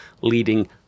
leading